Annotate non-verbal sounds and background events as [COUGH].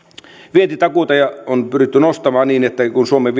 vientitakuita on pyritty nostamaan niin että kun suomen [UNINTELLIGIBLE]